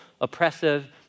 oppressive